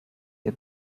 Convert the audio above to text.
wir